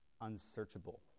unsearchable